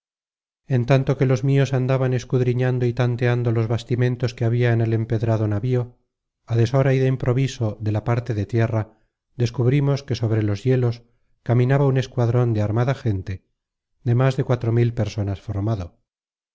en tanto que los mios andaban escudriñando y tanteando los bastimentos que habia en el empedrado navío á deshora y de improviso de la parte de tierra descubrimos que sobre los hielos caminaba un escuadron de armada gente de más de cuatro mil personas formado